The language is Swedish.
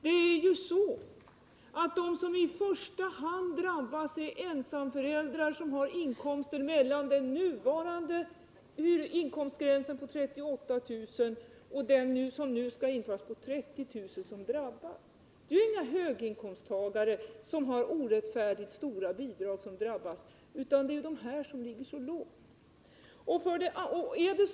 Det är ju så att de som i första hand drabbas är ensamföräldrar som har inkomster mellan den nuvarande inkomstgränsen på 38 000 och den gräns på 30000 som nu skall införas. Det är inga höginkomsttagare som har orättfärdigt stora bidrag som drabbas, utan det är de här som ligger så lågt.